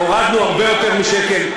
הורדנו הרבה יותר משקל.